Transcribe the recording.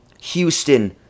Houston